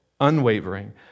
unwavering